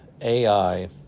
AI